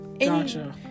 gotcha